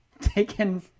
taken